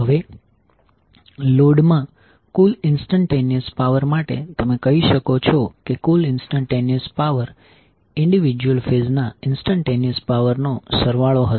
હવે લોડમાં કુલ ઈન્સ્ટનટેનીઅશ પાવર માટે તમે કહી શકો છો કે કુલ ઈન્સ્ટનટેનીઅશ પાવર ઇન્ડિવિડ્યુઅલ ફેઝના ઈન્સ્ટનટેનીઅશ પાવર નો સરવાળો હશે